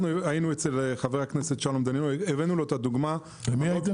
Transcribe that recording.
אנחנו היינו אצל חבר הכנסת שלום דנינו והצגנו לו את הדוגמה הזו.